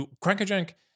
Crackerjack